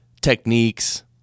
Techniques